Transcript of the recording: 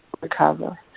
recover